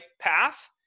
path